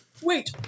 Wait